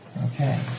Okay